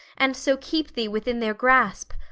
and so keep thee within their grasp,